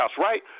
right